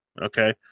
Okay